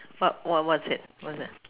what what what's that what's that